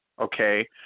Okay